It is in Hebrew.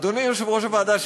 אדוני יושב-ראש הוועדה,